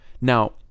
Now